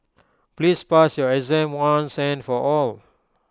please pass your exam once and for all